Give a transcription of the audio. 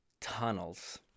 tunnels